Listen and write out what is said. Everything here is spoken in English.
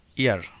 year